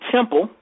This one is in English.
Temple